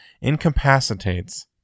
Incapacitates